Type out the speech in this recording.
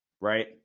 right